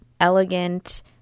elegant